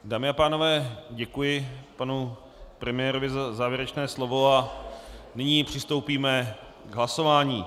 Dámy a pánové, děkuji panu premiérovi za závěrečné slovo a nyní přistoupíme k hlasování.